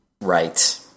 Right